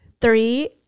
three